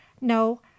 No